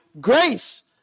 grace